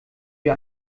wir